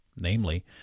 namely